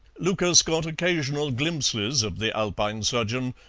lucas got occasional glimpses of the alpine sojourn,